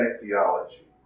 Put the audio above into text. theology